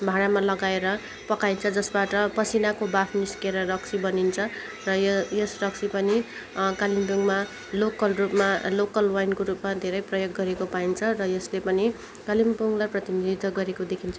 भाँडामा लगाएर पकाइन्छ जसबाट पसिनाको वाफ निस्केर रक्सी बनिन्छ र य यस रक्सी पनि कालिम्पोङमा लोकल रूपमा लोकल वाइनको रूपमा धेरै प्रयोग गरेको पाइन्छ र यसले पनि कालिम्पोङलाई प्रतिनिधित्व गरेको देखिन्छ